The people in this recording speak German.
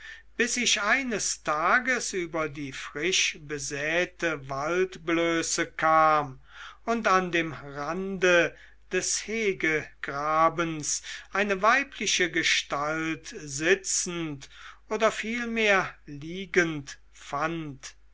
bis ich eines tages über die frisch besäte waldblöße kam und an dem rande des hegegrabens eine weibliche gestalt sitzend oder vielmehr liegend fand